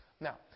Now